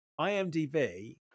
IMDb